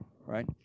Right